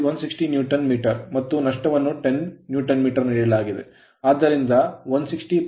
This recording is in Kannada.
ಆದ್ದರಿಂದ 160 10 rotor ರೋಟರ್ ವೇಗ 100